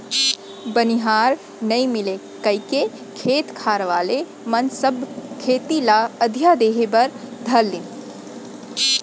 बनिहार नइ मिलय कइके खेत खार वाले मन सब खेती ल अधिया देहे बर धर लिन